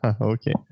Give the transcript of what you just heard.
Okay